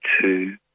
two